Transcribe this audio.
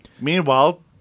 Meanwhile